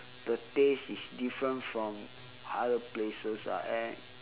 the taste is different from other places ah and